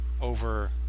over